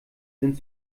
sind